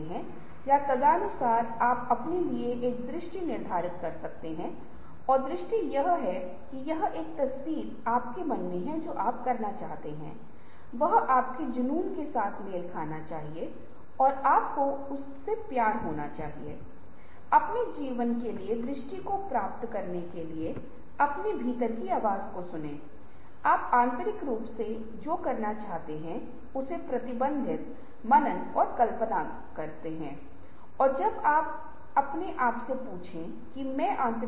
सबसे पहले slip card writing है स्लिप कार्ड राइटिंग एक ऐसी तकनीक है जिसमें समूह के प्रत्येक सदस्य को एक पैड प्रतियोगिता मिलेगा पैड जिसमें 25 स्लिप या कार्ड होते हैं सुविधाकर्ता समूह के सदस्यों को 5 मिनट के भीतर अधिक से अधिक विकल्प लिखने के लिए कह सकता है